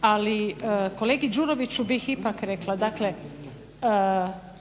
Ali kolegi Đuroviću bih ipak rekla